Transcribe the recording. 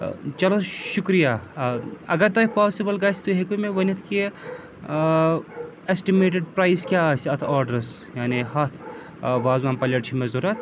چلو شُکریہ اگر تۄہہِ پاسِبٕل گژھِ تُہۍ ہیٚکوٕ مےٚ ؤنِتھ کہِ اٮ۪سٹِمیٹٕڈ پرٛایِس کیٛاہ آسہِ اَتھ آرڈرَس یعنی ہَتھ وازوان پَلیٹ چھِ مےٚ ضوٚرتھ